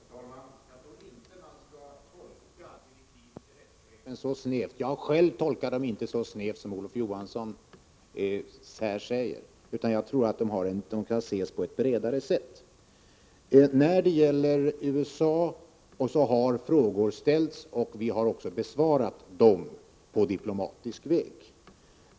Herr talman! Jag tror inte att man bör tolka direktiven till rättschefen så snävt. Jag tolkar själv inte direktiven så snävt som Olof Johansson gör. Jag tror att direktiven kan ges en vidare tolkning. När det gäller USA har frågor ställts, och vi har också besvarat dem på diplomatisk väg.